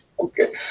Okay